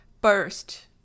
burst